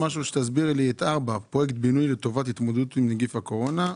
תסבירי לי את 4 פרויקטי בינוי לטובת התמודדות עם נגיף הקורונה,